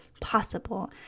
possible